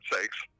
sakes